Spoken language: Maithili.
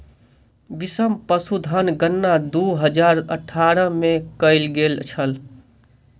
बीसम पशुधन गणना दू हजार अठारह में कएल गेल छल